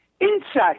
inside